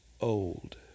old